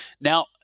Now